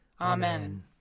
Amen